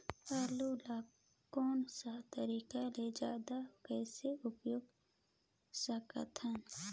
आलू ला कोन सा तरीका ले जल्दी कइसे उगाय सकथन?